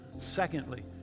Secondly